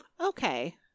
Okay